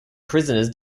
prisoners